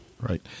Right